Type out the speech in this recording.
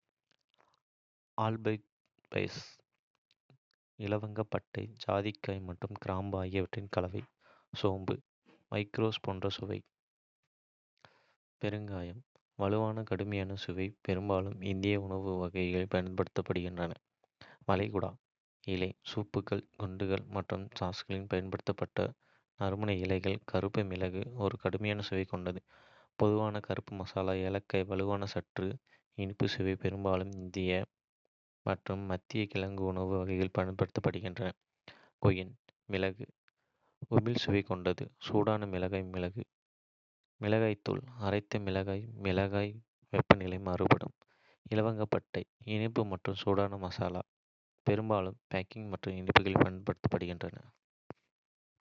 ஆல்ஸ்பைஸ் இலவங்கப்பட்டை, ஜாதிக்காய் மற்றும் கிராம்பு ஆகியவற்றின் கலவை. சோம்பு லைகோரைஸ் போன்ற சுவை. பெருங்காயம் வலுவான, கடுமையான சுவை, பெரும்பாலும் இந்திய உணவு வகைகளில் பயன்படுத்தப்படுகிறது. வளைகுடா இலை சூப்கள், குண்டுகள் மற்றும் சாஸ்களில் பயன்படுத்தப்படும் நறுமண இலைகள். கருப்பு மிளகு ஒரு கடுமையான சுவை கொண்ட பொதுவான கருப்பு மசாலா. ஏலக்காய் வலுவான, சற்று இனிப்பு சுவை, பெரும்பாலும் இந்திய மற்றும் மத்திய கிழக்கு உணவு வகைகளில் பயன்படுத்தப்படுகிறது. கெய்ன் மிளக உமிழும் சுவை கொண்ட சூடான மிளகாய் மிளகு. மிளகாய் தூள் அரைத்த மிளகாய் மிளகாய், வெப்ப நிலை மாறுபடும். இலவங்கப்பட்டை இனிப்பு மற்றும் சூடான மசாலா, பெரும்பாலும் பேக்கிங் மற்றும் இனிப்புகளில் பயன்படுத்தப்படுகிறது.